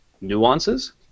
nuances